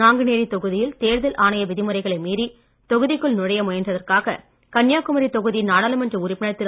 நாங்குநேரி தொகுதியில் தேர்தல் ஆணைய விதிமுறைகளை மீறி தொகுதிக்குள் நுழைய முயன்றதற்காக கன்னியாகுமரி தொகுதி நாடாளுமன்ற உறுப்பினர் திரு